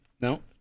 No